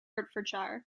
hertfordshire